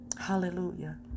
Hallelujah